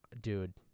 Dude